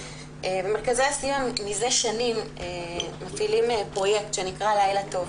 מרכזי הסיוע מזה שנים מפעילים פרויקט שנקרא "לילה טוב",